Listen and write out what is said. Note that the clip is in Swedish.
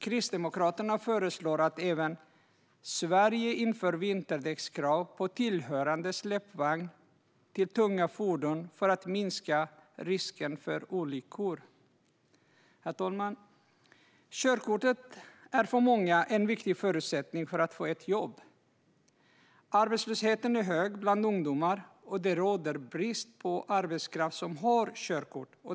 Kristdemokraterna föreslår att även Sverige inför vinterdäckskrav på tillhörande släpvagn till tunga fordon för att minska risken för olyckor. Herr talman! Körkortet är för många en viktig förutsättning för att få ett jobb. Arbetslösheten är hög bland ungdomar, och det råder brist på arbetskraft som har körkort.